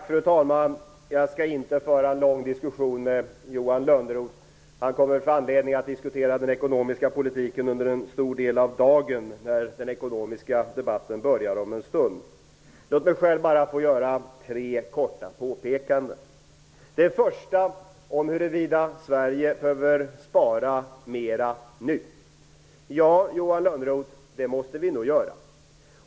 Fru talman! Jag skall inte föra en lång diskussion med Johan Lönnroth. Han kommer att få anledning att diskutera den ekonomiska politiken under en stor del av dagen när den ekonomiska debatten börjar om en stund. Låt mig bara få göra tre korta påpekande. Det första handlar om huruvida Sverige behöver spara mera nu. Ja, Johan Lönnroth, det måste vi nog göra.